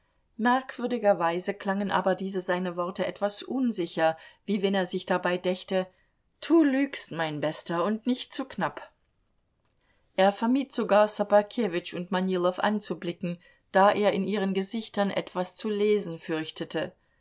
merkwürdigerweise klangen aber diese seine worte etwas unsicher wie wenn er sich dabei dächte du lügst mein bester und nicht zu knapp er vermied sogar ssobakewitsch und manilow anzublicken da er in ihren gesichtern etwas zu lesen fürchtete